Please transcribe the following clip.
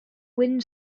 wind